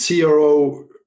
CRO